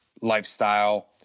lifestyle